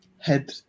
head